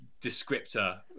descriptor